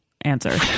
answer